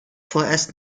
vorerst